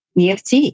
EFT